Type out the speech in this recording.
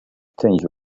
tinged